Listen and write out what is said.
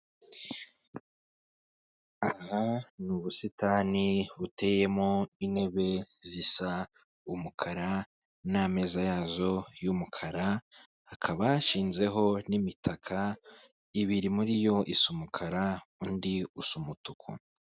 Ni ubusitani buteyemo intebe zisa umukara n'ameza yazo y'umukara hakaba hashinzeho n'imitaka ibiri muri yo isa umukara undi usa umutuku.